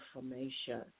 information